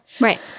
Right